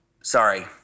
Sorry